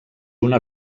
una